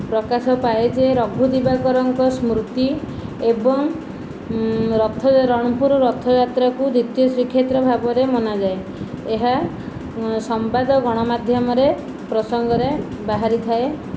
ପ୍ରକାଶ ପାଏ ଯେ ରଘୁଦିବାକରଙ୍କ ସ୍ମୃତି ଏବଂ ରଥ ରଣପୁର ରଥଯାତ୍ରାକୁ ଦ୍ୱତୀୟ ଶ୍ରୀକ୍ଷେତ୍ର ଭାବରେ ମନାଯାଏ ଏହା ସମ୍ବାଦ ଗଣମାଧ୍ୟମରେ ପ୍ରସଙ୍ଗରେ ବାହାରିଥାଏ